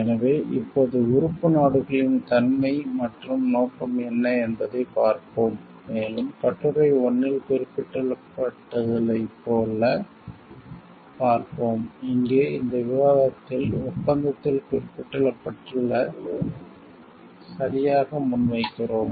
எனவே இப்போது உறுப்பு நாடுகளின் தன்மை மற்றும் நோக்கம் என்ன என்பதைப் பார்ப்போம் மேலும் கட்டுரை 1 இல் குறிப்பிடப்பட்டுள்ளதைப் போல பார்ப்போம் இங்கே இந்த விவாதத்தில் ஒப்பந்தத்தில் குறிப்பிடப்பட்டுள்ளதை சரியாக முன்வைக்கிறோம்